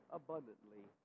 abundantly